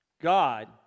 God